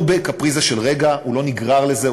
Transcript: לא בקפריזה של רגע, הוא לא נגרר לזה.